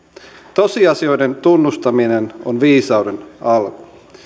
tosiasioiden tunnustaminen on viisauden alku